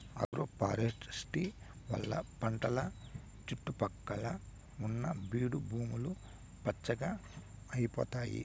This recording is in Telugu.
ఆగ్రోఫారెస్ట్రీ వల్ల పంటల సుట్టు పక్కల ఉన్న బీడు భూములు పచ్చగా అయితాయి